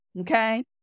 okay